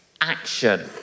action